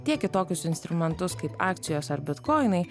tiek į tokius instrumentus kaip akcijos ar bitkoinai